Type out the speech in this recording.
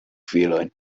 filojn